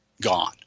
gone